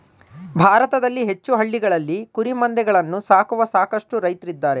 ಭಾರತದಲ್ಲಿ ಹೆಚ್ಚು ಹಳ್ಳಿಗಳಲ್ಲಿ ಕುರಿಮಂದೆಗಳನ್ನು ಸಾಕುವ ಸಾಕಷ್ಟು ರೈತ್ರಿದ್ದಾರೆ